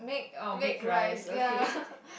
oh make rice okay